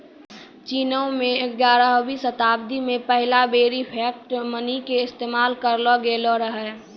चीनो मे ग्यारहवीं शताब्दी मे पहिला बेरी फिएट मनी के इस्तेमाल करलो गेलो रहै